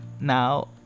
now